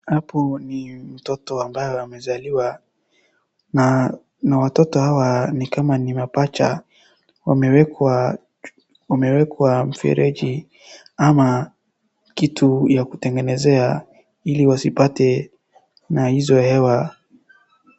Hapo ni mtoto ambao amezaliwa na watoto hawa ni kama mapacha .Wamewekwa mfereji ama kitu ya kutengenezea ili wasipate na hizo hewa.